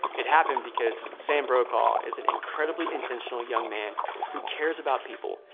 it happened because sam brokaw is an incredibly intentional young man who cares about people,